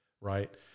right